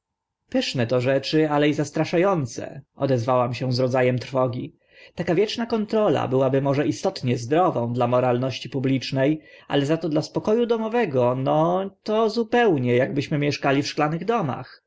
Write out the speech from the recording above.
pyszne to rzeczy ale i zastrasza ące odezwałam się z rodza em trwogi ta opieka ka wieczna kontrola byłaby może istotnie zdrową dla moralności publiczne ale za to dla spoko u domowego no to zupełnie akbyśmy mieszkali w szklanych domach